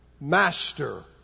Master